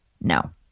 no